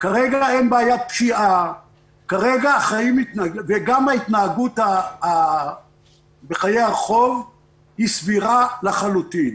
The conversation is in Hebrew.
כרגע אין בעיית פשיעה וגם ההתנהגות בחיי הרחוב היא סבירה לחלוטין.